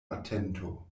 atento